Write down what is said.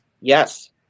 Yes